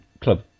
club